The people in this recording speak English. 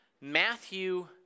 Matthew